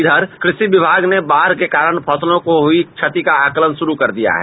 इधर कृषि विभाग ने बाढ़ के कारण फसलों को हुई क्षति का आकलन शुरू कर दिया है